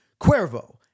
Cuervo